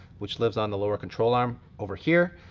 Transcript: which lives on the lower control arm over here.